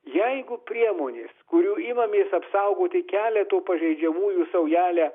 jeigu priemonės kurių imamės apsaugoti keleto pažeidžiamųjų saujelę